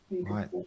right